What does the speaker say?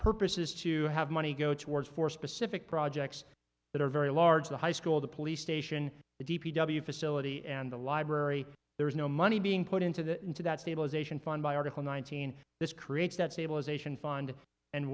purpose is to have money go towards for specific projects that are very large the high school the police station the d p w facility and the library there is no money being put into that into that stabilization fund by article nineteen this creates that stabilization fund and